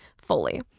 fully